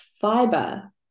fiber